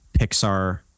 Pixar